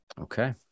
Okay